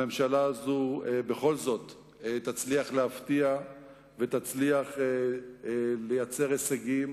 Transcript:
הממשלה הזו בכל זאת תצליח להפתיע ותצליח לייצר הישגים.